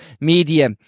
media